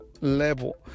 level